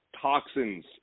toxins